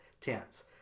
tense